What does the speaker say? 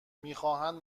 میخواهند